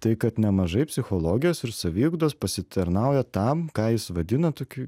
tai kad nemažai psichologijos ir saviugdos pasitarnauja tam ką jis vadina tokiu